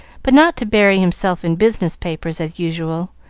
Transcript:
but not to bury himself in business papers, as usual,